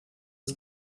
was